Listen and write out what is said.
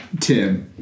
Tim